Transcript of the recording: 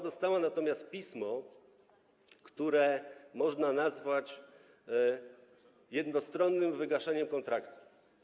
Dostały natomiast pismo, które można nazwać jednostronnym wygaszeniem kontraktu.